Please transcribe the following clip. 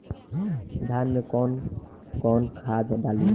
धान में कौन कौनखाद डाली?